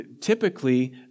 typically